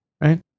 right